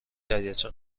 دریاچه